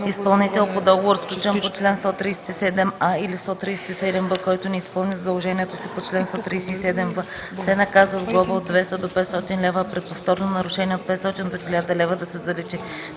Изпълнител по договор, сключен по чл. 137а или 137б, който не изпълни задължението си по чл. 137в, се наказва с глоба от 200 до 500 лв., а при повторно нарушение – от 500 до 1000 лв.” – да се заличи.